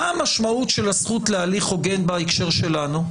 מה המשמעות של הזכות להליך הוגן בהקשר שלנו?